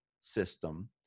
system